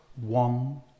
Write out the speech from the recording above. one